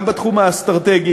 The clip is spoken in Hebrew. גם בתחום האסטרטגי,